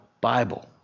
Bible